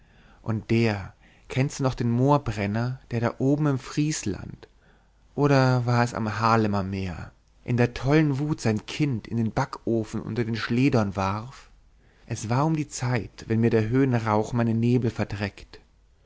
und der kennst du noch den moorbrenner der da oben in friesland oder war es am haarlemer meer in der tollen wut sein kind in den backofen unter dem schlehdorn warf es war um die zeit wenn mir der höhenrauch meine nebel verdreckt